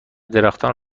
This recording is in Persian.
درختان